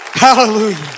Hallelujah